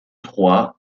troyes